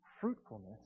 fruitfulness